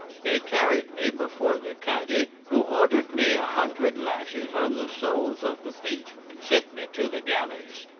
they carried me before the cadi, who ordered me a hundred lashes on the soles of the feet and sent me to the galleys.